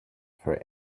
for